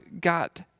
got